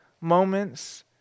moments